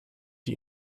die